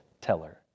teller